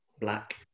black